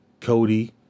Cody